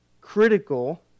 critical